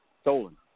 stolen